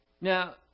Now